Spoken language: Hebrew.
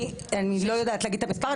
אני לא יודעת להגיד את המספר,